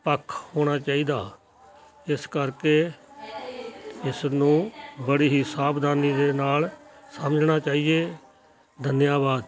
ਪੱਖ ਹੋਣਾ ਚਾਹੀਦਾ ਇਸ ਕਰਕੇ ਇਸ ਨੂੰ ਬੜੀ ਹੀ ਸਾਵਧਾਨੀ ਦੇ ਨਾਲ ਸਮਝਣਾ ਚਾਹੀਏ ਦਨਿਆਵਾਦ